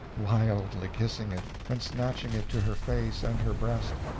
wildly kissing it, and snatching it to her face and her breast,